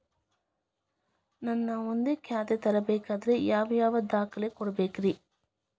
ನಾನ ಒಂದ್ ಖಾತೆ ತೆರಿಬೇಕಾದ್ರೆ ಯಾವ್ಯಾವ ದಾಖಲೆ ಕೊಡ್ಬೇಕ್ರಿ?